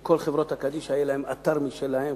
שבו לכל החברות קדישא יהיה אתר משלהן,